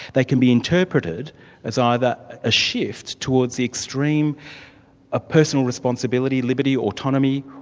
they can be interpreted as either a shift towards the extreme ah personal responsibility, liberty, autonomy,